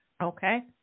Okay